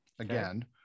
again